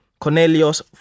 Cornelius